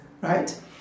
right